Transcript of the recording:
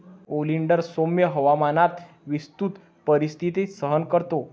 oleander सौम्य हवामानात विस्तृत परिस्थिती सहन करतो